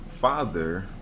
father